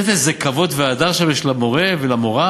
אתה ראית איזה כבוד והדר שם יש למורֶה ולמורָה?